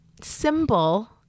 symbol